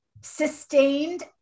Sustained